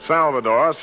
Salvador